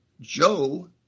Joe